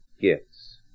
gifts